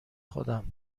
خودم